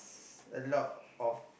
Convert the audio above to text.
a lot of